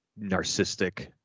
narcissistic